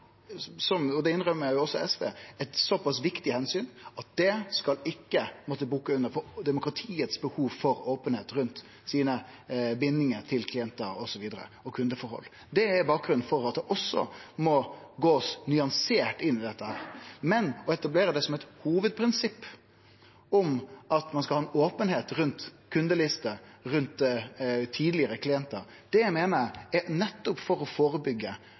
det innrømmer også SV – eit så pass viktig omsyn at det ikkje skal måtte bukke under for demokratiet sitt behov for openheit rundt bindingar til klientar og kundeforhold osv. Det er bakgrunnen for at ein må gå nyansert inn i dette, men å etablere som eit hovudprinsipp at det skal vere openheit rundt kundelister og tidlegare klientar, meiner eg er nettopp for å